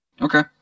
Okay